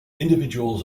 individuals